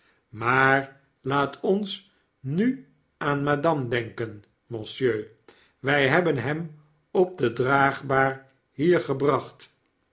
maar laat ons nu aan madame denken monsieur wy hebben hem op de draagbaar hier gebracht